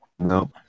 Nope